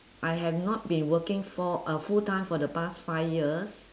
I have not been working for uh full time for the past five years